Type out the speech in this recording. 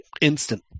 instant